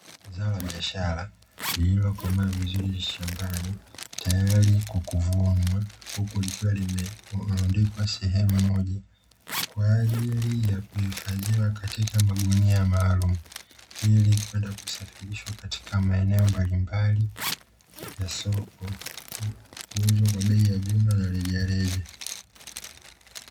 Zao la biashara lililokomaa vizuri shambani tayari kwa kuvunwa, huku likiwa limelundikwa sehemu moja kwa ajili ya kuhifadhiwa katiaka magunia maalumu; ili kwenda kusafirishwa katika maeneo mbalimbali ya soko kuuzwa kwa bei ya jumla na rejareja.